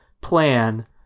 plan